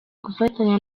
gufatanya